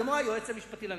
כמו היועץ המשפטי לממשלה.